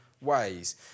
ways